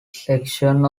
section